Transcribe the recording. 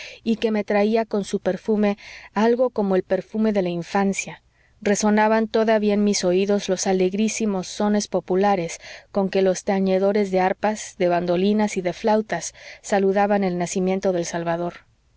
y que me traía con su perfume algo como el perfume de la infancia resonaban todavía en mis oídos los alegrísimos sones populares con que los tañedores de arpas de bandolinas y de flautas saludaban el nacimiento del salvador